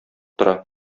тора